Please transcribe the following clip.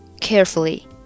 carefully